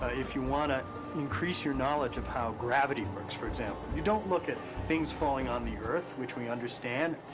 ah if you want to increase your knowledge of how gravity works, for example, you don't look at things falling on the earth, which we understand.